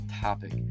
topic